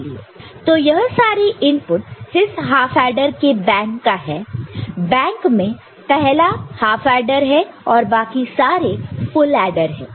तो यह सारे इनपुटस इस हाफ ऐडर के बैंक का है बैंक में पहला हाफ ऐडर है और बाकी सारे फुल ऐडर है